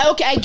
Okay